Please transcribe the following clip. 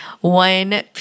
one